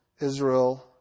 Israel